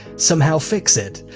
somehow fix it.